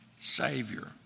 Savior